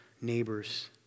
neighbors